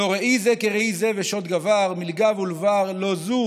// לא ראי זה כראי זה ושוד גבַר / מלגו ולבר / לא זו